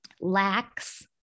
lacks